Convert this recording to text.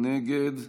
נגד.